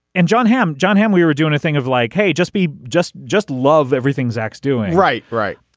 and jon hamm jon hamm we were doing a thing of like hey just be just just love everything zach's doing right. right.